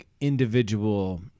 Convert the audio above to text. individual